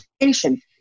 education